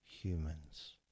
humans